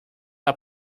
are